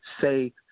Say